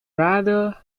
rather